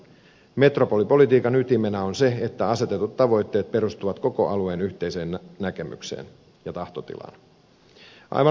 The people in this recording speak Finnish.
metropolipolitiikan ytimenä on se että asetetut tavoitteet perustuvat koko alueen yhteiseen näkemykseen ja tahtotilaan